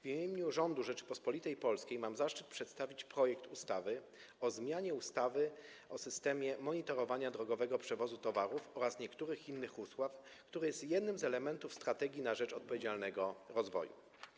W imieniu rządu Rzeczypospolitej Polskiej mam zaszczyt przedstawić projekt ustawy o zmianie ustawy o systemie monitorowania drogowego przewozu towarów oraz niektórych innych ustaw, który jest jednym z elementów „Strategii na rzecz odpowiedzialnego rozwoju”